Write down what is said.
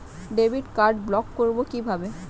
Debit card block করব কিভাবে?